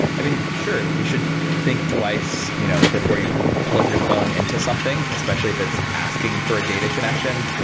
i mean, sure you should think twice you know before you plug your phone into something, especially if it's asking for a data connection.